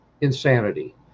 insanity